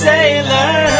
Sailor